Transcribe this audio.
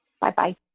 Bye-bye